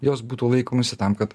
jos būtų laikomasi tam kad